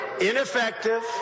ineffective